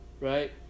Right